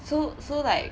so so like